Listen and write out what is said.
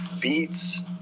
beats